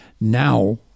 now